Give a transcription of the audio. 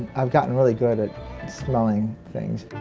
i've gotten really good at smelling things.